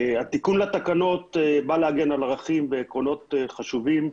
התיקון לתקנות בא להגן על ערכים ועקרונות חשובים,